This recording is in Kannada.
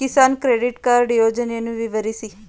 ಕಿಸಾನ್ ಕ್ರೆಡಿಟ್ ಕಾರ್ಡ್ ಯೋಜನೆಯನ್ನು ವಿವರಿಸಿ?